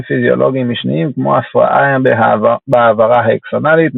פיזיולוגיים משניים כמו הפרעה בהעברה האקסונלית,